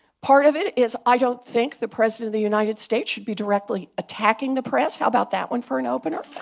part of it is i don't think the president of the united states should be directly attacking the press. how about that one for an opener?